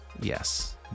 yes